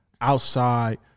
outside